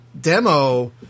demo